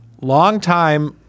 Long-time